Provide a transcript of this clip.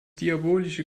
diabolische